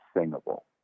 singable